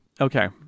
Okay